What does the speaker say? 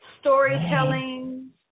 storytelling